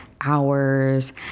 hours